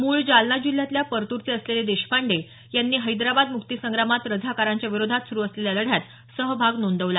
मूळ जालना जिल्ह्यातल्या परतूरचे असलेले देशपांडे यांनी हैदराबाद मुक्तीसंग्रामात रझाकारांच्या विरोधात सुरू असलेल्या लढ्यात सहभाग नोंदवला